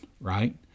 right